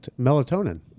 melatonin